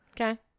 Okay